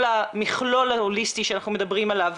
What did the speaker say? המכלול ההוליסטי שאנחנו מדברים עליו,